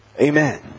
Amen